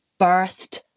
birthed